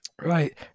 Right